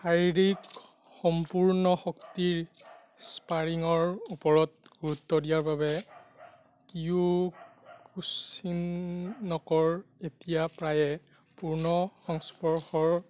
শাৰীৰিক সম্পূৰ্ণ শক্তিৰ স্পাৰিঙৰ ওপৰত গুৰুত্ব দিয়াৰ বাবে কিয়োকুশ্বিনক এতিয়া প্ৰায়ে পূৰ্ণ সংস্পৰ্শৰ